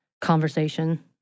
conversation